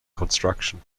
construction